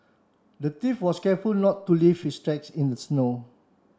the thief was careful not to leave his tracks in the snow